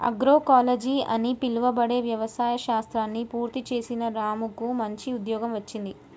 agroecology అని పిలువబడే వ్యవసాయ శాస్త్రాన్ని పూర్తి చేసిన రాముకు మంచి ఉద్యోగం వచ్చింది